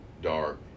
dark